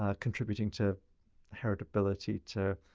ah contributing to heritability to,